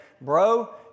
bro